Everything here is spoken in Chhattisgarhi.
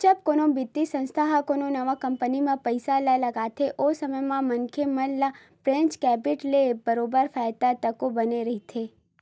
जब कोनो बित्तीय संस्था ह कोनो नवा कंपनी म पइसा ल लगाथे ओ समे म मनखे मन ल वेंचर कैपिटल ले बरोबर फायदा तको बने रहिथे